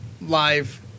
live